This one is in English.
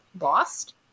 lost